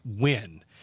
win